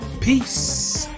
Peace